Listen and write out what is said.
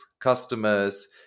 customers